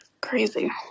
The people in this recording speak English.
Crazy